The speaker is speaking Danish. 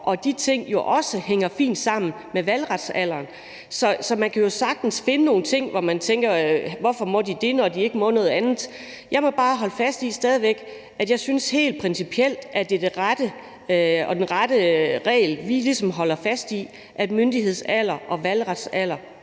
år. De ting hænger jo også fint sammen med valgretsalderen. Så man kan jo sagtens finde nogle ting, hvorom man tænker:Hvorfor må de det, når de ikke må noget andet? Jeg må bare stadig væk holde fast i, at jeg helt principielt synes, at det er den rette regel, vi holder fast i, altså at myndighedsalder og valgretsalder